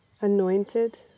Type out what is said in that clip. anointed